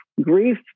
grief